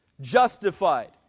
Justified